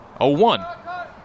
0-1